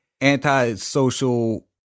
Anti-social